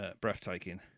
breathtaking